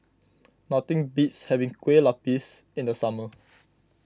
nothing beats having Kue Lupis in the summer